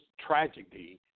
tragedy